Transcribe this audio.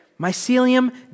mycelium